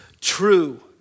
true